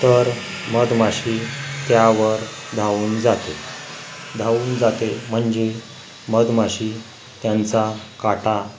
तर मधमाशी त्यावर धावून जाते धावून जाते म्हणजे मधमाशी त्यांचा काटा